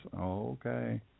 Okay